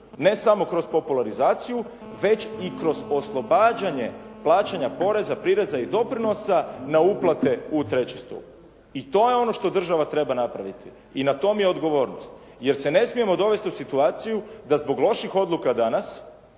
ne samo kroz popularizaciju već i kroz oslobađanje plaćanja poreza, prireza i doprinosa na uplate u treći stup. I to je ono što država treba napraviti. I na tome je odgovornost jer se ne smijemo dovesti u situaciju da zbog loših odluka danas